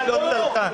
אז ההתייעצות לא צלחה.